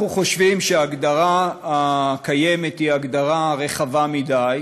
אנחנו חושבים שההגדרה הקיימת היא הגדרה רחבה מדי.